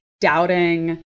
doubting